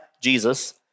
Jesus